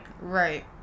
Right